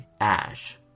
Ash